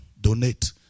Donate